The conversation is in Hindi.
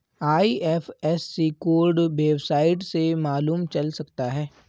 आई.एफ.एस.सी कोड वेबसाइट से मालूम चल सकता है